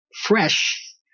fresh